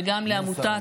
וגם לעמותת